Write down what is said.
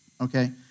Okay